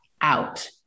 out